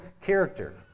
character